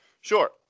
Sure